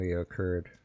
occurred